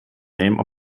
name